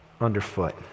underfoot